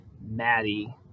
Maddie